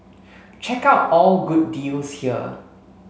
check out all good deals here